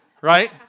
right